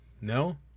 No